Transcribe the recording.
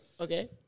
Okay